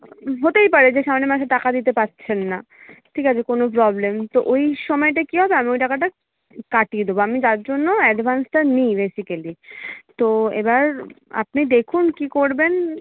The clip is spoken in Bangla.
হতেই পারে যে সামনের মাসে টাকা দিতে পারছেন না ঠিক আছে কোনো প্রবলেম তো ওই সময়টা কী হবে আমি ওই টাকাটা কাটিয়ে দেবো আমি তার জন্য অ্যাডভান্সটা নিই বেসিকালি তো এবার আপনি দেখুন কী করবেন